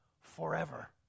forever